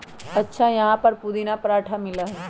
अच्छा यहाँ पर पुदीना पराठा मिला हई?